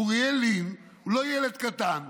אוריאל לין, הוא לא ילד קטן,